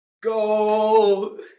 go